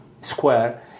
square